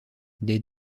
des